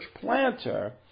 planter